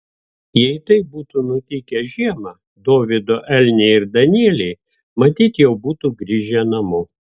jei tai būtų nutikę žiemą dovydo elniai ir danieliai matyt jau būtų grįžę namo